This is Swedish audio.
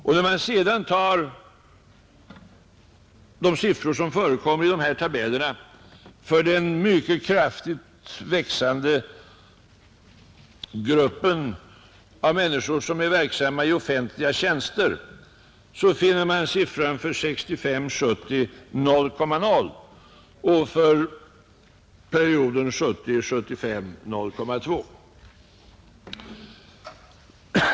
För den mycket kraftigt växande gruppen offentliga tjänster är för perioden 1965—1970 siffran 0,0. För perioden 1970—1975 är motsvarande siffra 0,2.